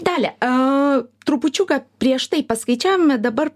dalia a trupučiuką prieš tai paskaičiavome dabar